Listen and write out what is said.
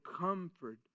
comfort